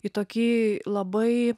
į tokį labai